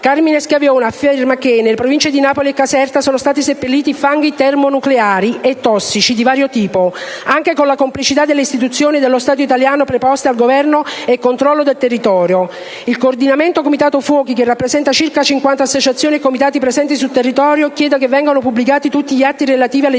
Carmine Schiavone afferma che, nelle Province di Napoli e Caserta, sono stati seppelliti fanghi termonucleari e tossici di vario tipo, anche con la complicità delle istituzioni dello Stato italiano preposte al governo e controllo dei territorio. Il Coordinamento comitati fuochi, che rappresenta circa 50 associazioni e comitati presenti sul territorio, chiede che vengano pubblicati tutti gli atti relativi alle dichiarazioni